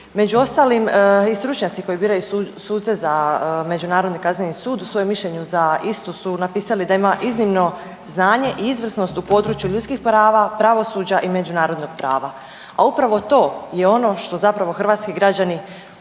Među ostalim, i stručnjaci koji biraju suce za Međunarodni kazneni sud, svoje mišljenje za istu su napisali da ima iznimno znanje i izvrsnost u području ljudskih prava, pravosuđa i međunarodnog prava a upravo to je ono što zapravo hrvatski građani očekuju